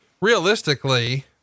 realistically